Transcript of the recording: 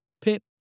Pip